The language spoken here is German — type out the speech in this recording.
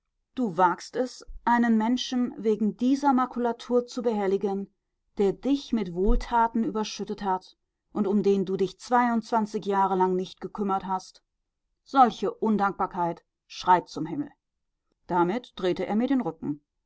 du wagst es einen menschen wegen dieser makulatur zu behelligen der dich mit wohltaten überschüttet hat und um den du dich zweiundzwanzig jahre lang nicht gekümmert hast solche undankbarkeit schreit zum himmel damit drehte er mir den rücken